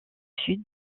sud